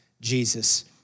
Jesus